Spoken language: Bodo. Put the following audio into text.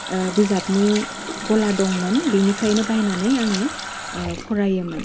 बिजाबनि गला दंमोन बिनिफ्रायनो बायनानै आंङो फरायोमोन